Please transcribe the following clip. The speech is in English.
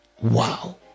Wow